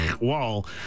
wall